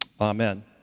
Amen